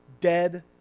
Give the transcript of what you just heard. dead